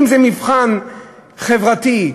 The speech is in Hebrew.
אם זה מבחן חברתי,